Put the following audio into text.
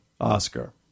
Oscar